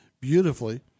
beautifully